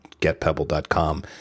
getpebble.com